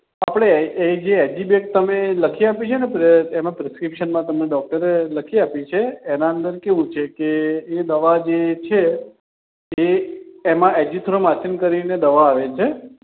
આપણે જે ઍક્સઇબેક તમે લખી આપી છે ને એમાં પ્રિસ્ક્રિપ્શનમાં તમે ડૉક્ટરે લખી આપી છે એના અંદર કેવું છે કે એ દવા જે છે એ એમાં એઝિથ્રોમાઇસિન કરીને દવા આવે છે